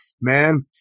man